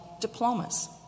diplomas